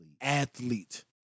athlete